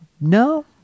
No